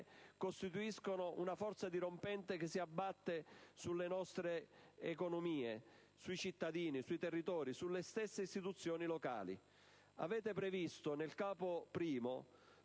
costituiscono una forza dirompente che si abbatte sulle nostre economie, sui cittadini, sui territori, sulle stesse istituzioni locali. Avete previsto nel capo I